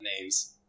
names